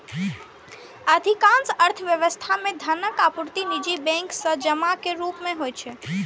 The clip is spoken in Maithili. अधिकांश अर्थव्यवस्था मे धनक आपूर्ति निजी बैंक सं जमा के रूप मे होइ छै